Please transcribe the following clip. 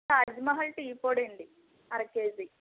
Taj Mahal tea పొడి అండి అర కేజీ